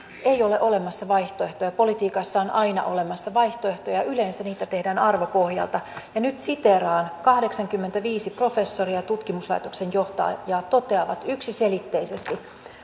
ei ole olemassa vaihtoehtoja politiikassa on aina olemassa vaihtoehtoja yleensä niitä tehdään arvopohjalta nyt siteeraan kahdeksankymmentäviisi professoria ja tutkimuslaitoksen johtajaa toteaa yksiselitteisesti